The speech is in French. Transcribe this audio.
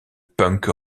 punk